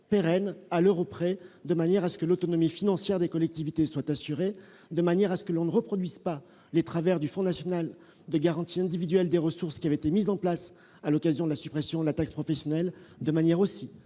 pérennes, de manière à ce que l'autonomie financière des collectivités soit assurée et à ce qu'on ne reproduise pas les travers du Fonds national de garantie individuelle des ressources, qui avait été mis en place à l'occasion de la suppression de la taxe professionnelle, de manière aussi